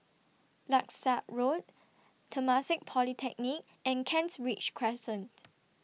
Langsat Road Temasek Polytechnic and Kent Ridge Crescent